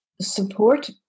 support